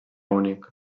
únic